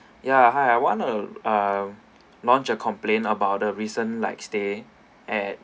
yeah hi I want uh ah launch a complaint about the recent like stay at